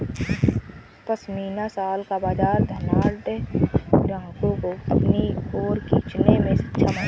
pashmina shawl का बाजार धनाढ्य ग्राहकों को अपनी ओर खींचने में सक्षम है